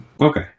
Okay